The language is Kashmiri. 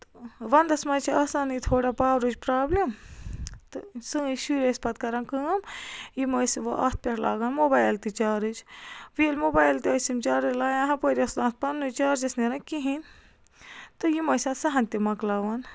تہٕ ونٛدَس منٛز چھِ آسانٕے تھوڑا پاورٕچ پرٛابلِم تہٕ سٲنۍ شُرۍ ٲسۍ پَتہٕ کَران کٲم یِم ٲسۍ وَ اَتھ پٮ۪ٹھ لاگان موبایِل تہِ چارٕج وٕ ییٚلہِ موبایِل تہِ ٲسۍ یِم چارٕج لایان ہَپٲرۍ ٲس نہٕ اَتھ پنٛنُے چارجَس نیران کِہیٖنۍ تہٕ یِم ٲسۍ اَتھ سۄ ہٕن تہِ مَکلاوان